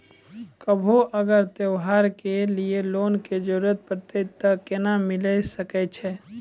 कभो अगर त्योहार के लिए लोन के जरूरत परतै तऽ केना मिल सकै छै?